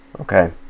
okay